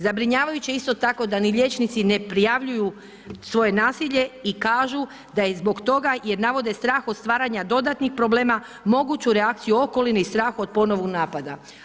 Zabrinjavajuće je isto tako da ni liječnici ne prijavljuju svoje nasilje i kažu da je zbog toga jer navode strah od stvaranja dodatnih problema, moguću reakciju okoline i strah od ponovnog napada.